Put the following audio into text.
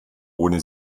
ohne